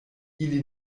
ili